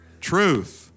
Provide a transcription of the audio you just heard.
Truth